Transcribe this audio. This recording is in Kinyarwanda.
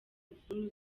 imvururu